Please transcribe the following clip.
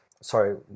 Sorry